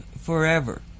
forever